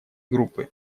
группы